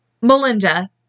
Melinda